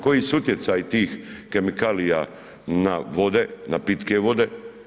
Koji su utjecaji tih kemikalija na vode, na pitke vode?